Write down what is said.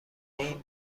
این